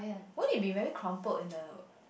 why you be very crumble in the